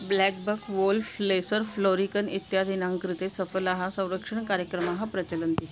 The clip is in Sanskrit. ब्लाक् बाक् वोल् फ़्लेसर् फ़्लोरिकन् इत्यादीनां कृते सफलाः संरक्षणकार्यक्रमाः प्रचलन्ति